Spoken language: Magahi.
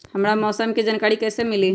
हमरा मौसम के जानकारी कैसी मिली?